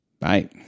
bye